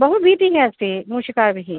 बहु भीतिः अस्ति मूषिकाभिः